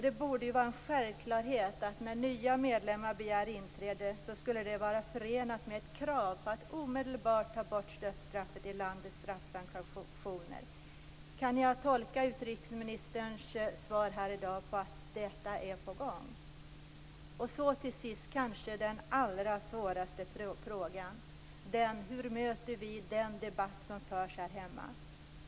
Det borde ju vara en självklarhet att när nya medlemmar begär inträde skall det vara förenat med ett krav på att omedelbart ta bort dödsstraffet ur landets straffsanktioner. Kan jag tolka utrikesministerns svar här i dag så att detta är på gång? Så till sist den kanske allra svåraste frågan, nämligen hur vi möter den debatt som förs här hemma.